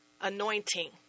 anointing